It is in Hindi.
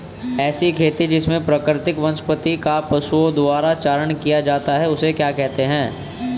ऐसी खेती जिसमें प्राकृतिक वनस्पति का पशुओं द्वारा चारण किया जाता है उसे क्या कहते हैं?